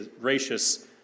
gracious